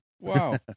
wow